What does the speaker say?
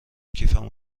کیفمو